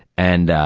and, ah,